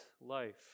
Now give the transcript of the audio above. life